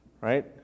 Right